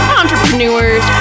entrepreneurs